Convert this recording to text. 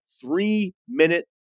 three-minute